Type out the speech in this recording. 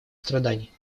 страданий